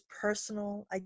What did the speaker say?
personal